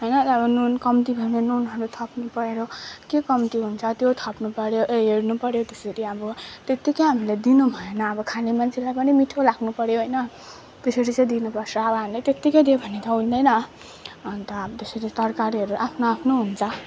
होइन अब नुन कम्ती भयो भने नुनहरू थप्नु पऱ्यो के कम्ती हुन्छ त्यो थप्नु पऱ्यो ए हेर्नु पऱ्यो त्यसरी अब त्यत्तिकै हामीले दिनु भएन अब खाने मान्छेलाई पनि मिठो लाग्नु पऱ्यो होइन त्यसरी चाहिँ दिनु पर्छ अब हामीले त्यत्तिकै दियो भने त हुँदैन अन्त अब त्यसरी तरकारीहरू आफ्नो आफ्नो हुन्छ